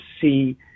see